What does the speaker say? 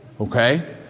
Okay